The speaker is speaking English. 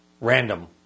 random